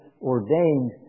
ordained